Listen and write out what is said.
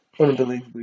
Unbelievably